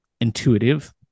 intuitive